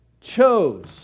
chose